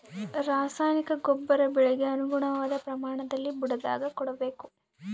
ರಾಸಾಯನಿಕ ಗೊಬ್ಬರ ಬೆಳೆಗೆ ಅನುಗುಣವಾದ ಪ್ರಮಾಣದಲ್ಲಿ ಬುಡದಾಗ ಕೊಡಬೇಕು